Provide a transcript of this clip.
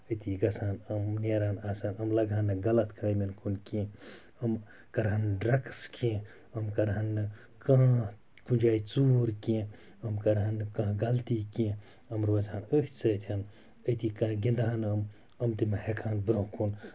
أتی گژھان یِم نیران آسان یِم لَگہٕ ہَن نہٕ غلط کامٮ۪ن کُن کیٚنٛہہ یِم کرہَن نہٕ ڈرٛگٕس کیٚنٛہہ یِم کرہَن نہٕ کانٛہہ کُنہِ جایہِ ژوٗر کیٚنٛہہ یِم کرہَن نہٕ کانٛہہ غلطی کیٚنٛہہ یِم روزہَن أتھۍ سۭتۍ أتی کر گِنٛدہان یم تہِ مہ ہٮ۪کہٕ ہن برٛونٛہہ کُن